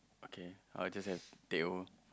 okay I will just have teh O